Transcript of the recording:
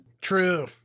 True